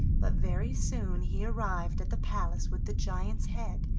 but very soon he arrived at the palace with the giant's head,